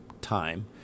time